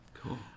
Cool